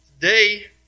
Today